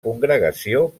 congregació